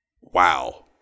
wow